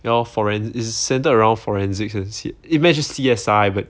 ya lor foren~ is centered around forensic just C_S_I but